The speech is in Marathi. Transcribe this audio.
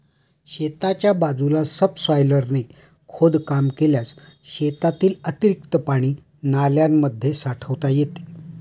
शेताच्या बाजूला सबसॉयलरने खोदकाम केल्यास शेतातील अतिरिक्त पाणी नाल्यांमध्ये साठवता येते